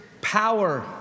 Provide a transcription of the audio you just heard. power